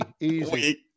easy